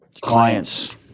clients